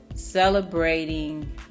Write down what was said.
Celebrating